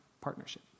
partnership